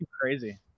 crazy